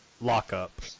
Lockup